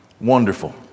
wonderful